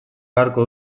beharko